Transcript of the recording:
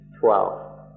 twelve